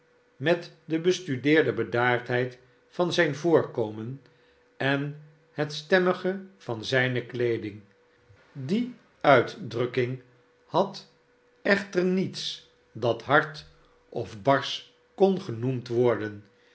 met de bestudeerde bedaardheid van zijn voorkomen en het stemmige van zijne kleeding die uitdrukking had echter niets dat hard of barsch kongenoemd worden